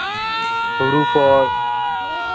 ᱦᱩᱲᱩ ᱠᱚ